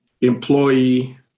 employee